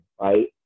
Right